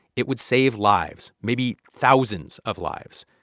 it would save lives maybe thousands of lives.